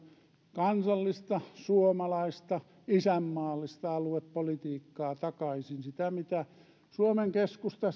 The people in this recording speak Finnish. kansallista suomalaista isänmaallista aluepolitiikkaa takaisin sitä jonka suomen keskusta